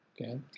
okay